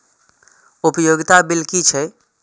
उपयोगिता बिल कि छै?